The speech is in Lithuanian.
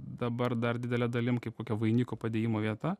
dabar dar didele dalim kaip kokia vainikų padėjimo vieta